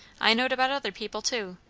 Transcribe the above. i knowed about other people too.